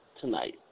tonight